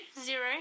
zero